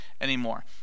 anymore